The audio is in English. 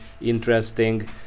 interesting